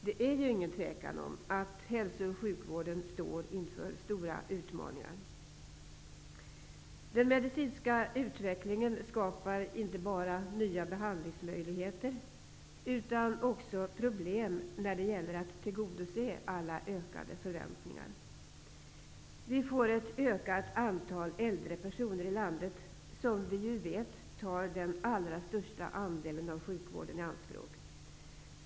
Det är ju inget tvivel om att hälso och sjukvården står inför stora utmaningar. Den medicinska utvecklingen skapar inte bara nya behandlingsmöjligheter utan också problem vad gäller att tillgodose alla ökade förväntningar. Vi får ett ökat antal äldre personer i landet, vilka vi ju vet tar den allra största andelen av sjukvården i anspråk.